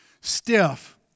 Stiff